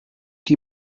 die